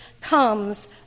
comes